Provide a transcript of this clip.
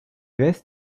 ves